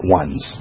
ones